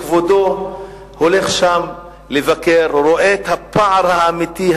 כשכבודו הולך שם לבקר הוא רואה את הפער האמיתי,